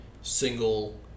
single